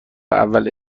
اول